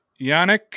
Yannick